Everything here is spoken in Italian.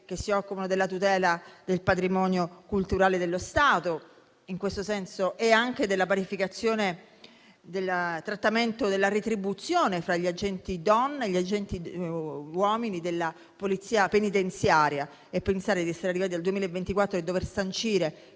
che si occupano della tutela del patrimonio culturale dello Stato e anche della parificazione del trattamento retributivo fra agenti donna e agenti di uomini della Polizia penitenziaria. Pensare di essere arrivati al 2024 per sancire